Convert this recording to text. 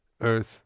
earth